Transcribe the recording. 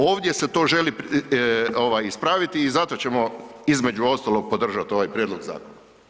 Ovdje se to želi ispraviti i zato ćemo između ostalog podržati ovaj prijedlog zakona.